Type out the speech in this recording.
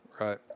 Right